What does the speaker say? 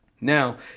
Now